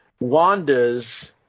Wanda's